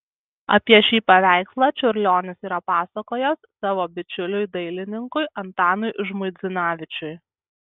apie šį paveikslą čiurlionis yra pasakojęs savo bičiuliui dailininkui antanui žmuidzinavičiui